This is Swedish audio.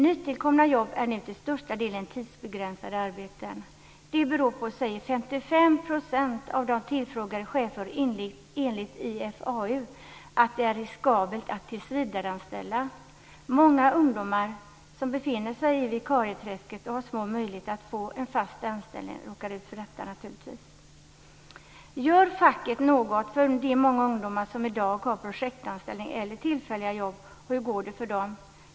Nytillkomna jobb är nu till största delen tidsbegränsade arbeten. Det beror på att det är riskabelt att tillsvidareanställa, säger 55 % av tillfrågade chefer enligt IFAU. Många ungdomar befinner sig i vikarieträsket och har små möjligheter att få en fast anställning. Gör facket något för de många ungdomar som i dag har projektanställning eller tillfälliga jobb, och hur går det för dem?